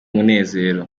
munezero